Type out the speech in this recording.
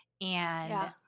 And-